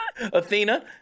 Athena